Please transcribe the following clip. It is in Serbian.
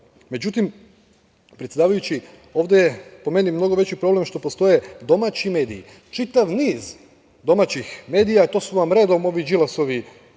stavove.Međutim, predsedavajući, ovde je po meni mnogo veći problem, što postoje domaći mediji, čitav niz domaćih medija, to su vam redom ovi Đilasovi